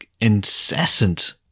incessant